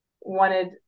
wanted